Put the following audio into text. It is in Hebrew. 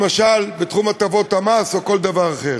למשל בתחום הטבות מס, או כל דבר אחר.